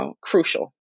crucial